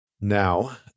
Now